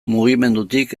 mugimendutik